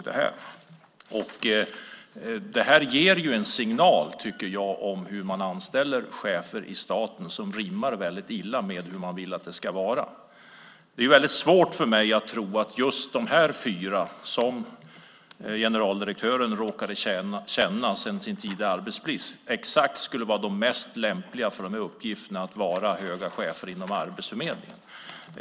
Det ger ju en signal, tycker jag, om hur man anställer chefer i staten som rimmar väldigt illa med hur vi vill att det ska vara. Det är väldigt svårt för mig att tro att just de fyra som generaldirektören råkade känna från en tidigare arbetsplats skulle vara de exakt mest lämpliga för uppgifterna att vara höga chefer inom Arbetsförmedlingen.